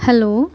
hello